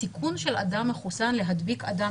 הסיכון של אדם מחוסן להדביק אדם